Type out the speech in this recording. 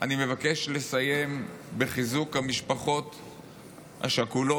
אני מבקש לסיים בחיזוק המשפחות השכולות,